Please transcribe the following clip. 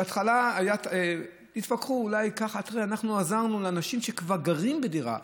בהתחלה התווכחו: אנחנו עזרנו לאנשים שכבר גרים בדירה.